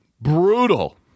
Brutal